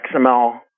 xml